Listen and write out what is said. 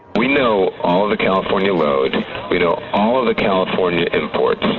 we know all of the california load. we know all of the california imports.